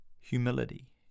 humility